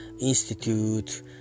institute